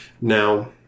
Now